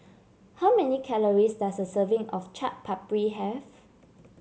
how many calories does a serving of Chaat Papri have